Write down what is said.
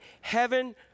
heaven